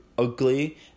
ugly